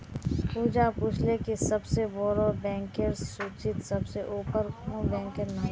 पूजा पूछले कि सबसे बोड़ो बैंकेर सूचीत सबसे ऊपर कुं बैंकेर नाम छे